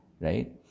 right